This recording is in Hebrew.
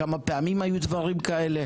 כמה פעמים היו דברים כאלה?